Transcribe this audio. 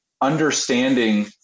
understanding